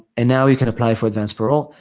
and now, you can apply for advance parole.